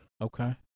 Okay